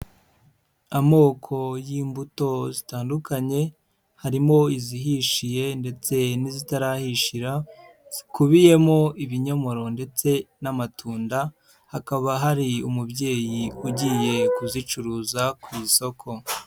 Amoko y'imbuto zitandukanye, harimo izihishiye ndetse n'izitarahishira zikubiyemo ibinyomoro ndetse n'amatunda, hakaba hari umubyeyi ugiye kuzicuruza ku isoko.